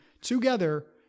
together